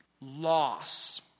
Loss